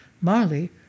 Marley